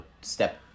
step